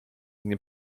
nie